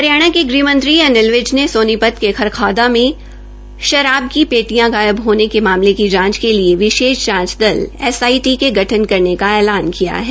हरियाणा के गृहमंत्री अनिल विज ने सामीपत के खरखौदा में खराब की पेटिया गायब हामे के मामले की जांच के लिए विशेष जांच दल एसआईटी की गठन करने का ऐलान किया है